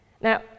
Now